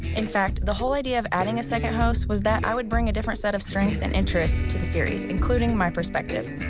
in fact, the whole idea of adding a second host was that i would bring a different set of strengths and interests to the series including my perspective.